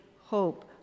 hope